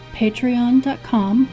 patreon.com